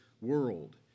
world